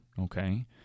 Okay